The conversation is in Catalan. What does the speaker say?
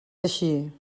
així